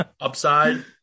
upside